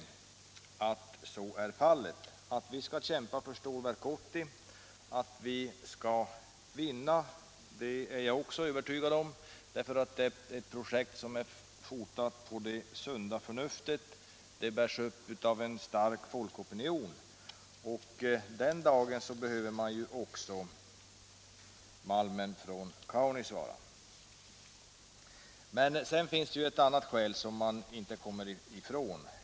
Jag är övertygad om att vi bör kämpa för Stålverk 80 och att vi skall vinna, för det är ett projekt som är fotat på sunda förnuftet och bärs upp av en stark folkopinion. Den dagen projektet genomförs behöver man också malmen från Kaunisvaara. Men det finns också ett annat skäl som man inte kommer ifrån.